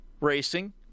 racing